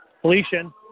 Felician